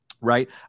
right